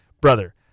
brother